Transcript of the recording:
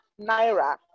Naira